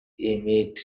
emmett